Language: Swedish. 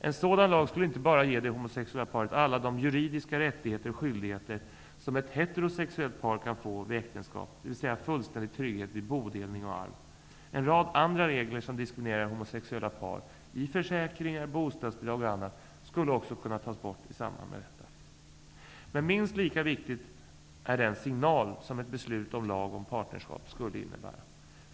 En sådan lag skulle inte bara ge det homosexuella paret alla de juridiska rättigheter och skyldigheter som ett heterosexuellt par kan få vid äktenskap, dvs. fullständig trygghet vid bodelning och arv. En rad andra regler som diskriminerar homosexuella par i försäkringar, bostadsbidrag och annat skulle också kunna tas bort i samband med detta. Men minst lika viktig är den signal som ett beslut om lag om partnerskap skulle innebära.